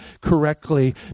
correctly